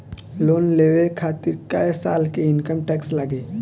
Loan लेवे खातिर कै साल के इनकम टैक्स लागी?